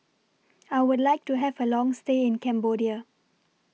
I Would like to Have A Long stay in Cambodia